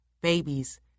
babies